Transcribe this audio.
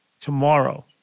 tomorrow